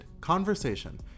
conversation